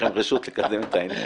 מכם רשות לקדם את העניין.